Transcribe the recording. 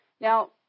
Now